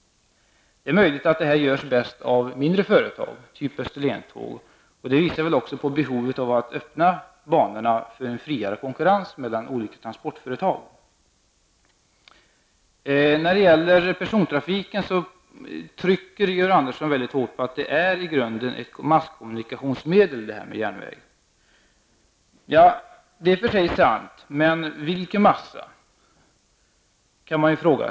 Det är möjligt att det görs bäst av mindre företag, typ Österlentåg. Det visar också på behovet av att öppna banorna för en friare konkurrens mellan olika transportföretag. När det gäller persontrafiken trycker Georg Andersson mycket hårt på att järnväg i grunden är ett masskommunikationsmedel. Det är i och för sig sant, men man kan fråga sig: Vilken ''massa''?